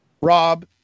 Rob